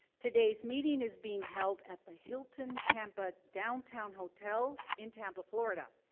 today's meeting is being held at the hilton tampa downtown hotel in tampa, florida.